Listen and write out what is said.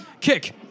kick